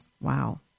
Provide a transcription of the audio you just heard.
Wow